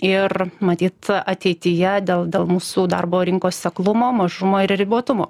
ir matyt ateityje dėl dėl mūsų darbo rinkos seklumo mažumo ir ribotumo